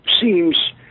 seems